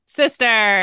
sister